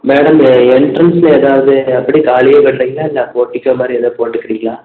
madam என்ட்ரன்ஸில் எதாவது அப்படியே காலியே பண்ணுறீங்ளா இல்லை போர்ட்டிகோமாதிரி எதோ போட்டுக்குறீங்களா